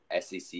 SEC